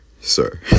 sir